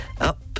up